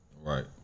Right